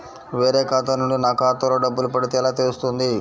వేరే ఖాతా నుండి నా ఖాతాలో డబ్బులు పడితే ఎలా తెలుస్తుంది?